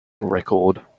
record